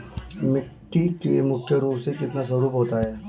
मिट्टी के मुख्य रूप से कितने स्वरूप होते हैं?